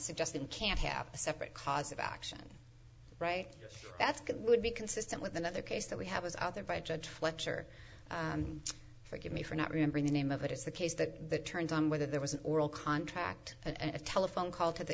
suggesting can't have a separate cause of action right that's going would be consistent with another case that we have is out there by judge fletcher forgive me for not remembering the name of it is the case that turns on whether there was an oral contract and a telephone call to the